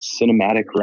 cinematic